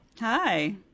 Hi